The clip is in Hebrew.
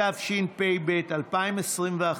התשפ"ב 2021,